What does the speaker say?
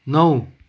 नौ